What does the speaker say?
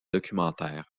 documentaires